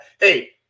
Hey